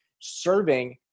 serving